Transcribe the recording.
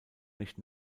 nicht